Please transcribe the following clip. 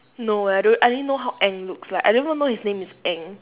no I don't I don't even know how aang looks like I didn't even know his name is aang